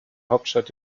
hauptstadt